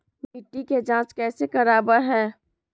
मिट्टी के जांच कैसे करावय है?